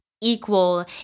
equal